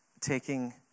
taking